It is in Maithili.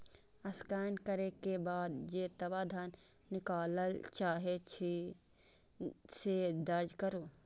स्कैन करै के बाद जेतबा धन निकालय चाहै छी, से दर्ज करू